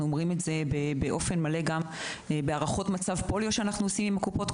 רואים את זה בהערכות מצב פוליו שאנחנו עושים עם הקופות,